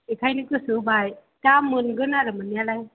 बेनिखायनो गोसो होबाय दा मोनगोन आरो मोननायालाय